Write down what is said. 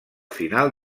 final